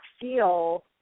feel